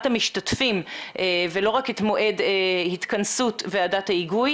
המשתתפים ולא רק את מועד התכנסות ועדת ההיגוי.